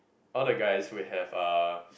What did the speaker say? all the guys will have a